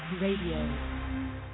Radio